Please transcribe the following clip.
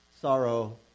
sorrow